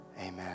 Amen